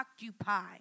occupy